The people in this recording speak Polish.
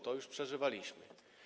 To już przeżywaliśmy.